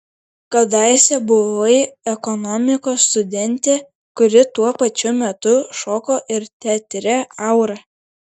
kadaise buvai ekonomikos studentė kuri tuo pačiu metu šoko ir teatre aura